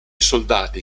soldati